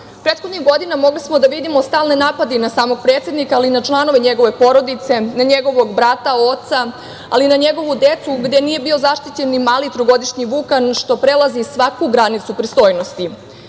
godina mogli smo da vidimo stalne napade i na samog predsednika, ali i na članove njegove porodice, na njegovog brata, oca, ali i na njegovu decu, gde nije bio zaštićen ni mali trogodišnji Vukan, što prelazi svaku granicu pristojnosti. Ne